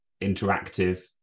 interactive